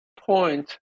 point